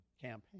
campaign